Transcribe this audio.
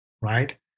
right